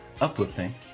uplifting